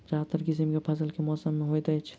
ज्यादातर किसिम केँ फसल केँ मौसम मे होइत अछि?